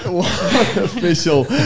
official